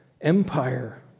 empire